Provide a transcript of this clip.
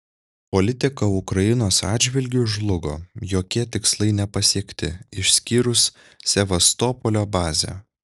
politika ukrainos atžvilgiu žlugo jokie tikslai nepasiekti išskyrus sevastopolio bazę